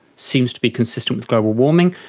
seems to be consistent with global warming.